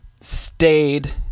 stayed